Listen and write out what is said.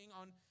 on